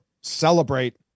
celebrate